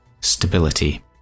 Stability